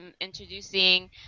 introducing